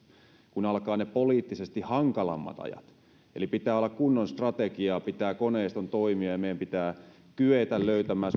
kun alkavat ne poliittisesti hankalammat ajat eli pitää olla kunnon strategia pitää koneiston toimia ja meidän pitää kyetä löytämään